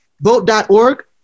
Vote.org